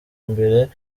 imbere